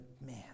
man